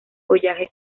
follaje